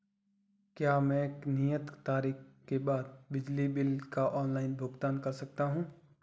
क्या मैं नियत तारीख के बाद बिजली बिल का ऑनलाइन भुगतान कर सकता हूं?